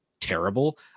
terrible